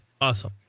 Awesome